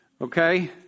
Okay